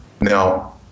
Now